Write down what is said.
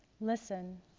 listen